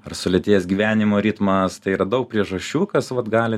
ar sulėtėjęs gyvenimo ritmas tai yra daug priežasčių kas vat gali